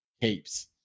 heaps